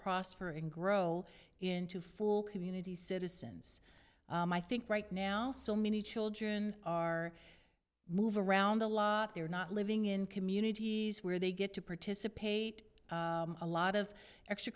prosper and grow into full community citizens i think right now so many children are move around a lot they're not living in communities where they get to participate a lot of extra